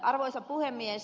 arvoisa puhemies